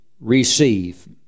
receive